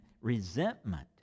resentment